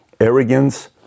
Arrogance